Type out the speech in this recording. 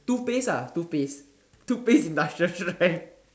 toothpaste ah toothpaste toothpaste industrial strength